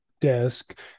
desk